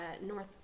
north